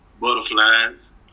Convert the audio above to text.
Butterflies